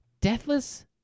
deathless